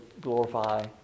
glorify